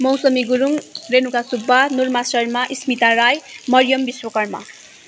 मौसमी गुरुङ रेनुका सुब्बा नुर्मा शर्मा स्मिता राई मरियम विश्वकर्म